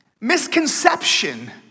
misconception